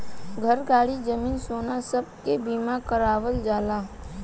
घर, गाड़ी, जमीन, सोना सब के बीमा करावल जाला